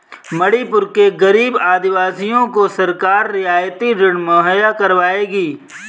मणिपुर के गरीब आदिवासियों को सरकार रियायती ऋण मुहैया करवाएगी